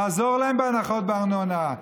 לעזור להם בהנחות בארנונה,